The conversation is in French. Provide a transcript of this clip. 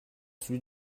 celui